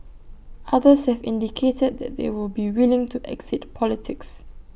others have indicated that they would be willing to exit politics